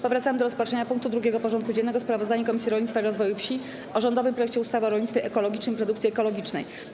Powracamy do rozpatrzenia punktu 2. porządku dziennego: Sprawozdanie Komisji Rolnictwa i Rozwoju Wsi o rządowym projekcie ustawy o rolnictwie ekologicznym i produkcji ekologicznej.